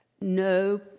no